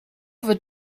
wird